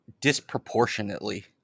disproportionately